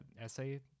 essay